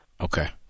Okay